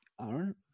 Aaron